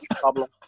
problem